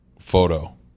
photo